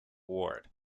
ward